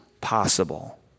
possible